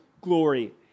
glory